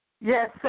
Yes